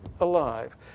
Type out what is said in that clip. alive